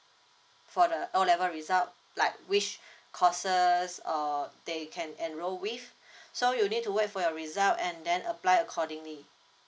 for the O level result like which courses uh they can enroll with so you need to wait for your result and then apply accordingly